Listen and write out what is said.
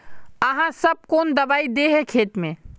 आहाँ सब कौन दबाइ दे है खेत में?